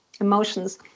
emotions